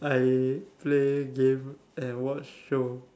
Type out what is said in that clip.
I play games and watch show